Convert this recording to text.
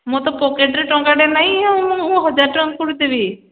ମୋର ତ ପକେଟରେ ଟଙ୍କାଟେ ନାଇଁ ଆଉ ମୁଁ ମୁଁ ହଜାର ଟଙ୍କା କୁଆଡ଼ୁ ଦେବି